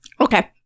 Okay